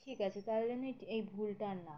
ঠিক আছে তাহলে জন্য এই ভুলটা আর না